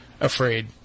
afraid